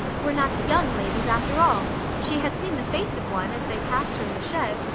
were not young ladies, after all she had seen the face of one, as they passed her in the chaise,